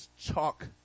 chalk